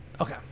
Okay